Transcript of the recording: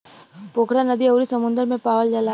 पोखरा नदी अउरी समुंदर में पावल जाला